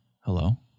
hello